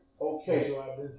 okay